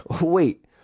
wait